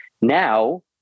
Now